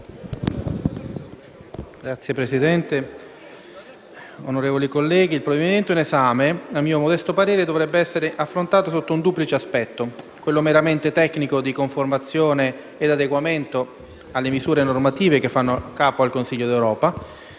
Signora Presidente, onorevoli colleghi, il provvedimento in esame - a mio modesto parere - dovrebbe essere affrontato sotto un duplice aspetto: quello meramente tecnico di conformazione ed adeguamento alle misure normative che fanno capo al Consiglio d'Europa,